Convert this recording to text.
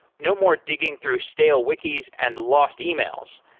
no more digging through stale wiki's and lost e-mails.